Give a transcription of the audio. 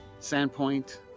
Sandpoint